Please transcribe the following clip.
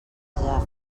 jafre